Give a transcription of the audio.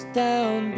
down